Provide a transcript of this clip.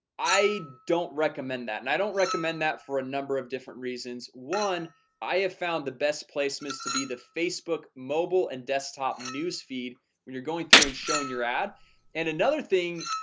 i don't recommend that and i don't recommend that for a number of different reasons one i have found the best placements to be the facebook mobile and desktop newsfeed when you're going through and showing your ad and another thing.